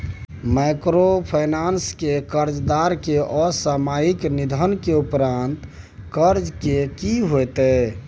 Microfinance के कर्जदार के असामयिक निधन के उपरांत कर्ज के की होतै?